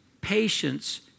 patience